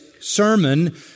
sermon